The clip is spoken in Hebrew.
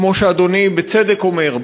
כמו שאדוני בצדק אומר,